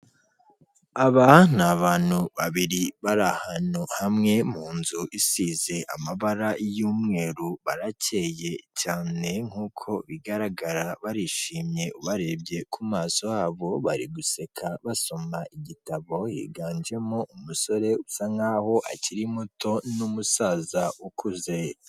Aba ni abantu babiri bari ahantu hamwe mu nzu isize amabara y'umweru, baracyeye cyane nkuko bigaragara barishimye, ubarebye ku maso yabo bari guseka basoma igitabo, higanjemo umusore usa nkaho akiri muto n'umusaza ukuze.